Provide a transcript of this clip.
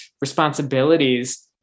responsibilities